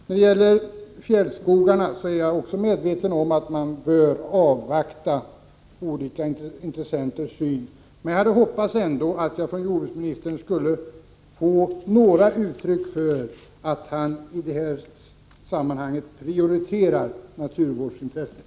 När det gäller de fjällnära skogarna är jag medveten om att man bör avvakta svaren från olika intressenter, så att man vet vilken syn de har på detta. Jag hade ändå hoppats att jordbruksministern i någon mån skulle ge uttryck för att han i det här sammanhanget prioriterar naturvårdsintressena.